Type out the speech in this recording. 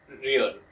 rear